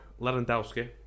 Lewandowski